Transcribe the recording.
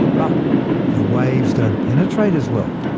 but the waves don't penetrate as well.